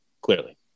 Clearly